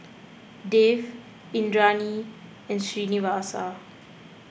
Dev Indranee and Srinivasa